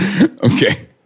Okay